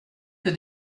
que